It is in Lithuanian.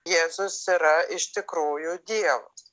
jėzus yra iš tikrųjų dievas